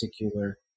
particular